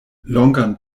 longan